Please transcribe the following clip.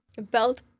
belt